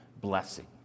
blessing